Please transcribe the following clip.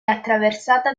attraversata